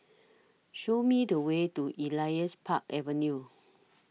Show Me The Way to Elias Park Avenue